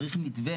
צריך מתווה.